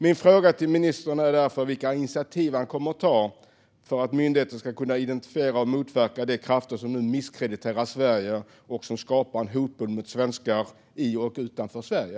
Min fråga till ministern är därför vilka initiativ han kommer att ta för att myndigheten ska kunna identifiera och motverka de krafter som nu misskrediterar Sverige och skapar en hotbild mot svenskar i och utanför Sverige.